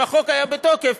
אם החוק היה בתוקף,